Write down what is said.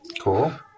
Cool